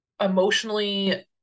emotionally